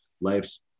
life's